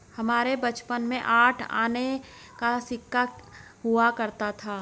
हमारे बचपन में आठ आने का सिक्का हुआ करता था